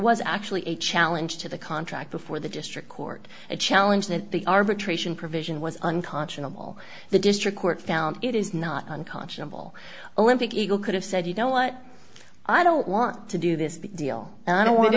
was actually a challenge to the contract before the district court challenge that the arbitration provision was unconscionable the district court found it is not unconscionable olympic eagle could have said you know what i don't want to do this big deal and i don't want to